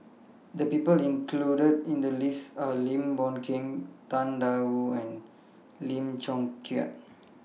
The People included in The list Are Lim Boon Keng Tang DA Wu and Lim Chong Keat